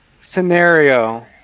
scenario